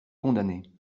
condamner